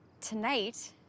Tonight